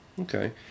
Okay